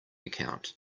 account